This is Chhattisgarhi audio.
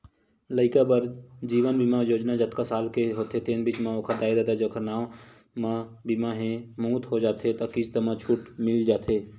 लइका बर जीवन बीमा योजना जतका साल के होथे तेन बीच म ओखर दाई ददा जेखर नांव म बीमा हे, मउत हो जाथे त किस्त म छूट मिल जाथे